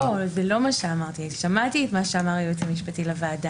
שמעתי את מה שאמר היועץ המשפטי לוועדה.